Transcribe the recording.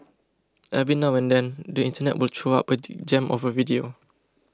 every now and then the internet will throw up a gem of a video